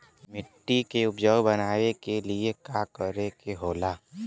मिट्टी के उपजाऊ बनाने के लिए का करके होखेला?